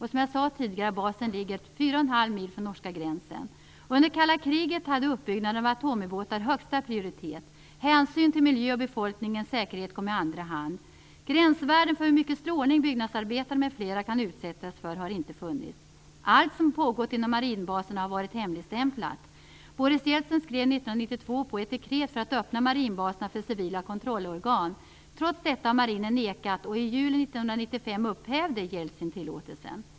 Som jag sade tidigare ligger basen fyra och en halv mil från norska gränsen. Under kalla kriget hade uppbyggnaden av atomubåtar högsta prioritet. Hänsyn till miljön och befolkningens säkerhet kom i andra hand. Gränsvärden för hur mycket strålning byggnadsarbetare m.fl. kan utsättas för har inte funnits. Allt som pågått inom marinbaserna har varit hemligstämplat. Boris Jeltsin skrev 1992 på ett dekret för att öppna marinbaserna för civila kontrollorgan. Trots detta har marinen nekat, och i juli 1995 upphävde Jeltsin tillåtelsen.